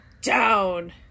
down